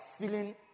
feeling